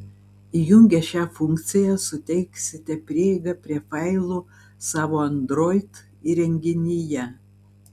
įjungę šią funkciją suteiksite prieigą prie failų savo android įrenginyje